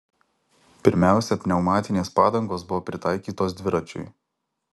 pirmiausia pneumatinės padangos buvo pritaikytos dviračiui